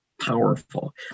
powerful